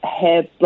hair